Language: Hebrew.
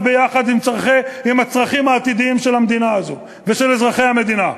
ביחד עם הצרכים העתידיים של המדינה הזו ושל אזרחי המדינה?